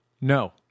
No